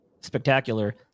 spectacular